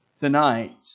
tonight